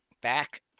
back